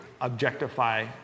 objectify